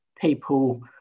people